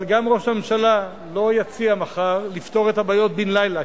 אבל גם ראש הממשלה לא יציע מחר לפתור את הבעיות בן-לילה,